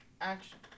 action